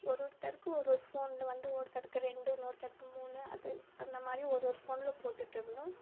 ஒரு ஒருத்தருக்கு ஒரு ஒரு ஃபோனில் வந்து ஒருத்தருக்கு ரெண்டு இன்னொருத்தருக்கு மூணு அது அந்த மாதிரி ஒரு ஒரு ஃபோனில் போட்டுவிட்டு இருந்தோம்